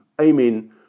amen